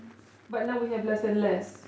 but now we have less and less